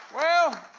well,